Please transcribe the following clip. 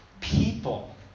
people